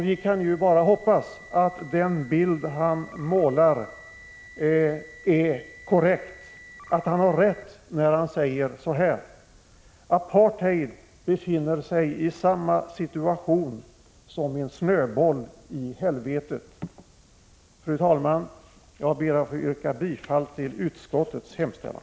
Vi kan bara hoppas att den bild han med ord målar upp är korrekt, när han säger att apartheidsystemet befinner sig i samma situtation som en snöboll i helvetet. Fru talman! Jag ber att få yrka bifall till utskottets hemställan.